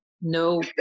no